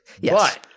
Yes